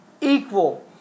equal